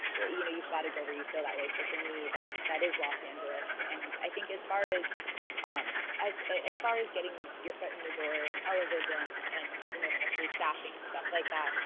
you know you've gotta go where you feel that way. so for me that that is los angeles and i think as far as um as as far as getting your foot in the door and television and you know, especially staffing and stuff like that,